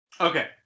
Okay